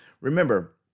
remember